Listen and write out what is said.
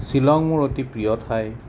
শ্বিলং মোৰ অতি প্ৰিয় ঠাই